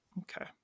Okay